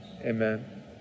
Amen